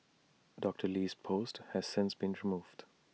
Doctor Lee's post has since been removed